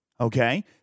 Okay